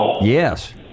Yes